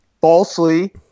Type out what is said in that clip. Falsely